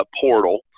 portal